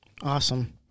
Awesome